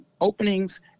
openings